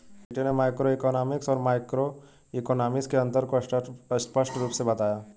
स्वीटी ने मैक्रोइकॉनॉमिक्स और माइक्रोइकॉनॉमिक्स के अन्तर को स्पष्ट रूप से बताया